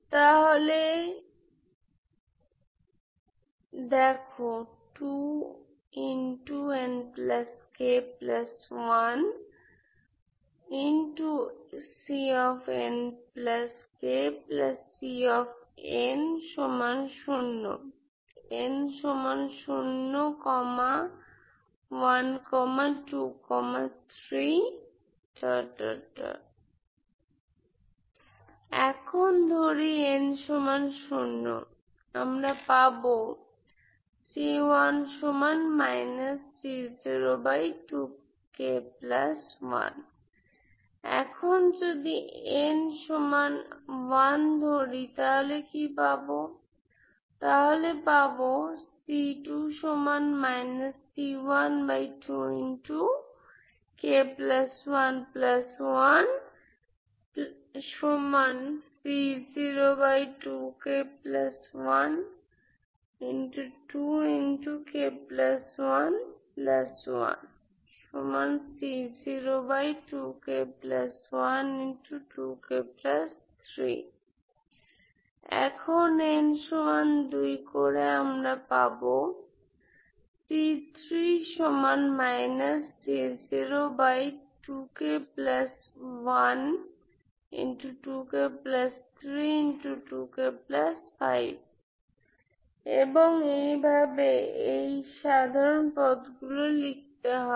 তাহলে এখন ধরি n0আমরা পাই এখন ধরি n1 এখন n2আমরা পাই এবং এইভাবে এই সাধারণ পদগুলো লিখতে হবে